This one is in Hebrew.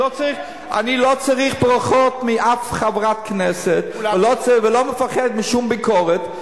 --- אני לא צריך ברכות מאף חברת כנסת ואני לא מפחד משום ביקורת.